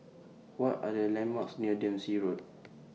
What Are The landmarks near Dempsey Road